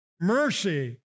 Mercy